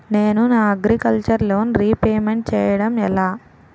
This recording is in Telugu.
నేను నా అగ్రికల్చర్ లోన్ రీపేమెంట్ చేయడం ఎలా?